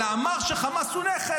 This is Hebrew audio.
אלא אמר שחמאס הוא נכס,